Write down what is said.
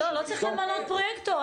--- לא צריך למנות פרויקטור.